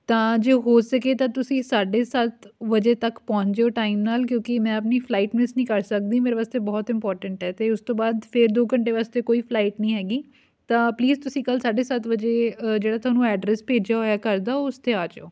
ਤਾਂ ਜੇ ਹੋ ਸਕੇ ਤਾਂ ਤੁਸੀਂ ਸਾਢੇ ਸੱਤ ਵਜੇ ਤੱਕ ਪਹੁੰਚ ਜਿਉ ਟਾਈਮ ਨਾਲ ਕਿਉਂਕਿ ਮੈਂ ਆਪਣੀ ਫਲਾਈਟ ਮਿਸ ਨਹੀਂ ਕਰ ਸਕਦੀ ਮੇਰੇ ਵਾਸਤੇ ਬਹੁਤ ਇੰਪੋਰਟੈਂਟ ਹੈ ਅਤੇ ਉਸ ਤੋਂ ਬਾਅਦ ਫਿਰ ਦੋ ਘੰਟੇ ਵਾਸਤੇ ਕੋਈ ਫਲਾਈਟ ਨਹੀਂ ਹੈਗੀ ਤਾਂ ਪਲੀਜ਼ ਤੁਸੀਂ ਕੱਲ੍ਹ ਸਾਢੇ ਸੱਤ ਵਜੇ ਜਿਹੜਾ ਤੁਹਾਨੂੰ ਐਡਰੈਸ ਭੇਜਿਆ ਹੋਇਆ ਘਰ ਦਾ ਉਸ 'ਤੇ ਆ ਜਿਓ